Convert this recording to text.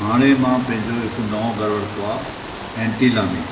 हाणे मां पंहिंजो हिकु नवों घरु वरितो आहे ऐंटीला में